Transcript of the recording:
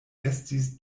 estis